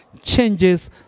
changes